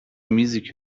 میزی